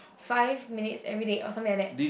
five minutes everyday or something like that